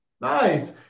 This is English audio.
Nice